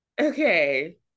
Okay